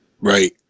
Right